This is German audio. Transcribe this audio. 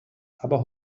aber